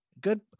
good